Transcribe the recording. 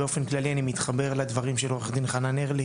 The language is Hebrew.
באופן כללי אני מתחבר לדברים של עו"ד חנן ארליך.